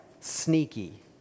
sneaky